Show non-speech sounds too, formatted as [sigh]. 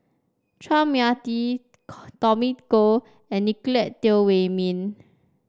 Chua Mia Tee [unintelligible] Tommy Koh and Nicolette Teo Wei Min